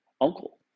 uncle